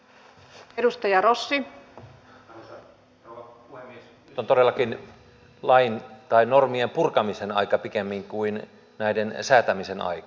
nyt on todellakin lain tai normien purkamisen aika pikemmin kuin näiden säätämisen aika